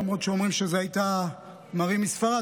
למרות שאומרים שזו הייתה מארי מספרד,